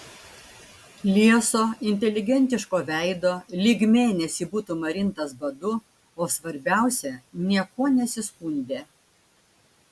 lieso inteligentiško veido lyg mėnesį būtų marintas badu o svarbiausia niekuo nesiskundė